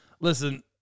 Listen